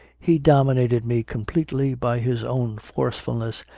he dominated me completely by his own forcefulness,